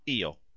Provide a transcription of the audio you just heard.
io